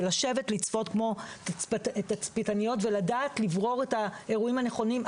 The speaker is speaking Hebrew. זה לשבת לצפות כמו תצפיתניות ולדעת לברור את האירועים הנכונים.